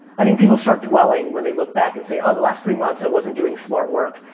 i think people start dwelling, when they look back and say, oh, the last three months, i wasn't doing smart work.